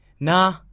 Nah